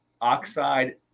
oxide